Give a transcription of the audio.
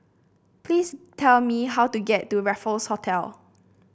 please tell me how to get to Raffles Hotel